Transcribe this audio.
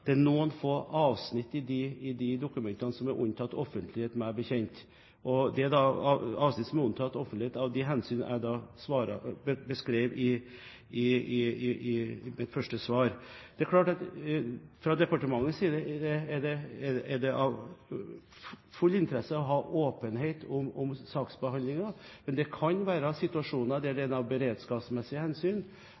Det er, meg bekjent, noen få avsnitt i de dokumentene som er unntatt offentlighet av de hensyn som jeg beskrev i mitt første svar. Fra departementets side er det av stor interesse å ha åpenhet om saksbehandlingen, men det kan være situasjoner der en av beredskapsmessige hensyn, av forretningsmessige hensyn, er nødt til å unnta opplysninger fra